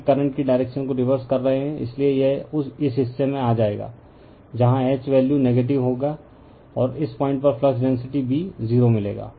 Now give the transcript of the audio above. आगे करंट की डायरेक्शन को रिवर्स कर रहे हैं इसलिए यह इस हिस्से में आ जाएगा जहां H वैल्यू नेगेटिव होगा और इस पॉइंट पर फ्लक्स डेंसिटी B 0 मिलेगा